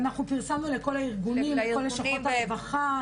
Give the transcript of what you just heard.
אנחנו פרסמנו לכל הארגונים, לכל לשכות הרווחה.